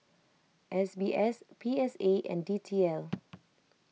S B S P S A and D T L